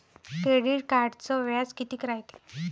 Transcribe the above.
Credit कार्डचं व्याज कितीक रायते?